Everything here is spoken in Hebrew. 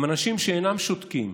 הם אנשים שאינם שותקים.